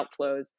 outflows